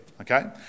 okay